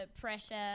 pressure